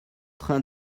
train